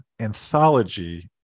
anthology